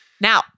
Now